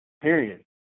Period